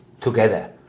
together